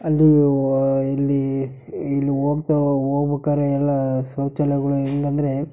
ಅಲ್ಲಿ ಎಲ್ಲಿ ಇಲ್ಲಿ ಹೋಗ್ತಾ ಹೋಗ್ಬಕಾರೆ ಎಲ್ಲ ಶೌಚಾಲಯಗಳು ಹೆಂಗಂದ್ರೆ